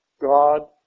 God